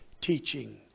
teaching